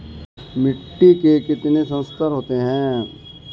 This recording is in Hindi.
मिट्टी के कितने संस्तर होते हैं?